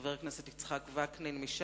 וחבר הכנסת יצחק וקנין מש"ס,